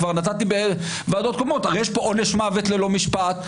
כבר נתתי בוועדות קודמות: הרי יש פה עונש מוות ללא משפט,